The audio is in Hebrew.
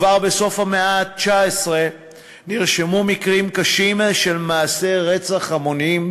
כבר בסוף המאה ה-19 נרשמו מקרים קשים של מעשי רצח המוניים